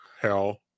hell